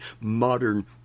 modern